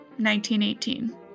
1918